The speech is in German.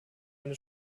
eine